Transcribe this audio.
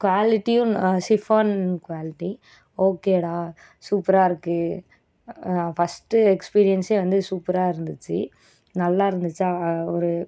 குவாலிட்டியும் chiffon quality ஓகேடா சூப்பராக இருக்குது ஃபஸ்ட்டு எக்ஸ்பீரியன்ஸே வந்து சூப்பராக இருந்துச்சு நல்லா இருந்துச்சா ஒரு